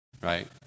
Right